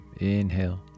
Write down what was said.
inhale